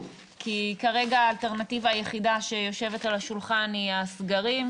כי כרגע האלטרנטיבה היחידה שיושבת על השולחן היא הסגרים,